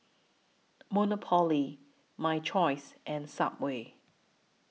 Monopoly My Choice and Subway